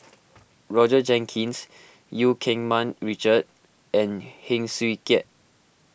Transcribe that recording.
Roger Jenkins Eu Keng Mun Richard and Heng Swee Keat